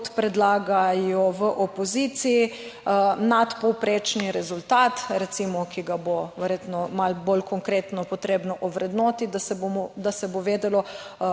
predlagajo v opoziciji, nadpovprečni rezultat recimo, ki ga bo verjetno malo bolj konkretno potrebno ovrednotiti, da se bo vedelo